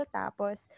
tapos